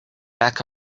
back